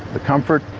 the comfort.